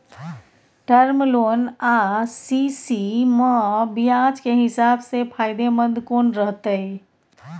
Term loan आ CC म ब्याज के हिसाब से फायदेमंद कोन रहते?